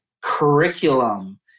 curriculum